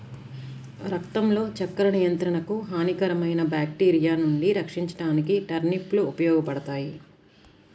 రక్తంలో చక్కెర నియంత్రణకు, హానికరమైన బ్యాక్టీరియా నుండి రక్షించడానికి టర్నిప్ లు ఉపయోగపడతాయి